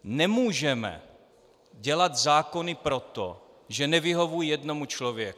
Nemůžeme dělat zákony proto, že nevyhovují jednomu člověku.